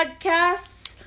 Podcasts